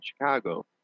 Chicago